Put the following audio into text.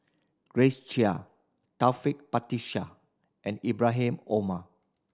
Grace Chia Taufik Batisah and Ibrahim Omar